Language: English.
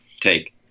take